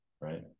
Right